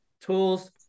tools